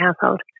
household